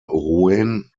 rouen